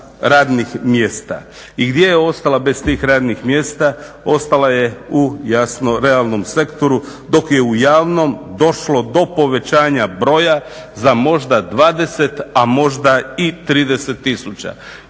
radnih mjesta. I gdje je ostala bez tih radnih mjesta? Ostala je u jasno realnom sektoru, dok je u javnom došlo do povećanja broja za možda 20, a možda i 30 tisuća.